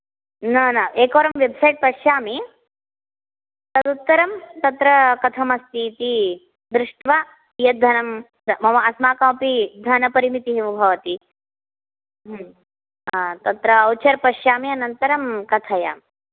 न न एकवारं वेब्सैट् पश्यामि तदुत्तरं तत्र कथमस्तीति दृष्ट्वा कीयत् धनं मम अस्माकमपि धनपरिमितिः भवति तत्र वावुचर् पश्यामि अनन्तरं कथयामि